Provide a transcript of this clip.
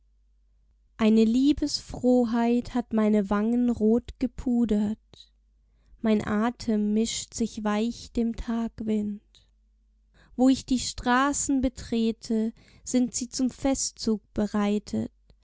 eine liebesfrohheit hat meine wangen rot gepudert mein atem mischt sich weich dem tagwind wo ich die straßen betrete sind sie zum festzug bereitet